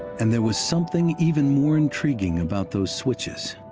and there was something even more intriguing about those switches.